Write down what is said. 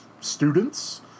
students